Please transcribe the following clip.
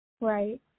Right